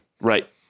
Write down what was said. right